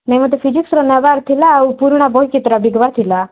ନାଇଁ ମୋତେ ଫିଜିକ୍ସର ନେବାର ଥିଲା ଆଉ ପୁରୁଣା ବହି କେତେଟା ବିକିବାର ଥିଲା